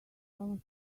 thomas